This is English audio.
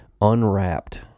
unwrapped